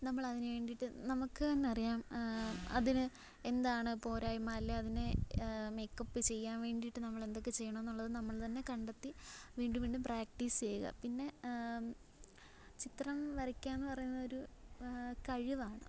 നമ്മൾ അതിന് വേണ്ടീട്ട് നമുക്ക് തന്നറിയാം അതിന് എന്താണ് പോരായ്മ അല്ലേൽ അതിന് മേക്കപ്പ് ചെയ്യാൻ വേണ്ടീട്ട് നമ്മളെന്തൊക്കെ ചെയ്യണമെന്നുള്ളത് നമ്മൾ തന്നെ കണ്ടെത്തി വീണ്ടും വീണ്ടും പ്രാക്റ്റീസ്സ് ചെയ്യുക പിന്നെ ചിത്രം വരയ്ക്കാന്ന് പറയുന്നതൊരു കഴിവാണ് അപ്പം